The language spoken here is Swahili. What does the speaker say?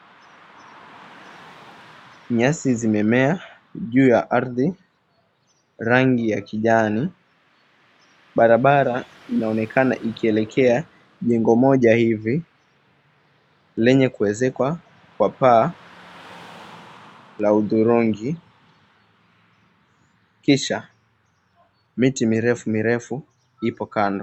Nyasi zimemea juu ya ardhi. Rangi ya kijani, barabara inaonekana ikielekea jengo moja hivi, lenye kuezekwa kwa paa la hudhurungi. Kisha miti mirefu mirefu ipo kando.